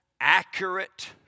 accurate